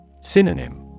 Synonym